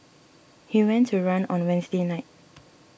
he went a run on Wednesday night